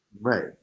Right